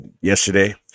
yesterday